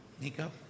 Nico